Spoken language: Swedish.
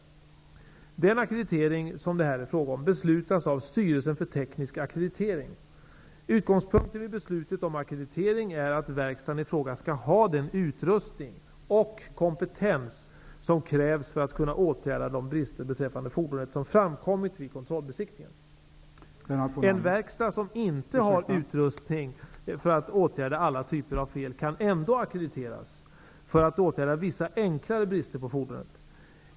Den ackreditering som det här är fråga om beslutas av Styrelsen för teknisk ackreditering. Utgångspunkten vid beslut om ackreditering är att verkstaden i fråga skall ha den utrustning och kompetens som krävs för att kunna åtgärda de brister beträffande fordonet som framkommit vid kontrollbesiktningen. En verkstad som inte har utrustning för att åtgärda alla typer av fel kan ändå ackrediteras för att åtgärda vissa enklare brister på fordonet.